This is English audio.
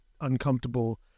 uncomfortable